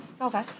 Okay